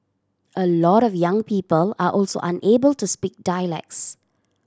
a lot of young people are also unable to speak dialects